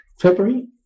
February